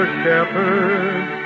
shepherds